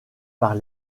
par